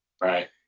Right